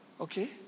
Okay